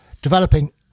developing